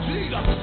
Jesus